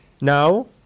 Now